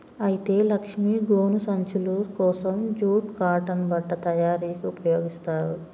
అయితే లక్ష్మీ గోను సంచులు కోసం జూట్ కాటన్ బట్ట తయారీకి ఉపయోగిస్తారు